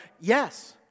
yes